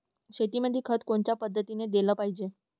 शेतीमंदी खत कोनच्या पद्धतीने देलं पाहिजे?